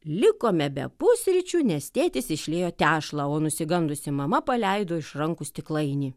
likome be pusryčių nes tėtis išliejo tešlą o nusigandusi mama paleido iš rankų stiklainį